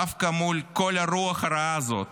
דווקא מול כל הרוח הרעה הזאת